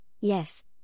yes